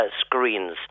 screens